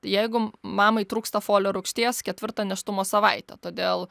jeigu mamai trūksta folio rūgšties ketvirtą nėštumo savaitę todėl